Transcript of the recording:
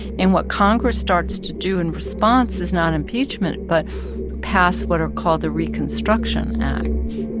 and what congress starts to do in response is not impeachment but pass what are called the reconstruction acts,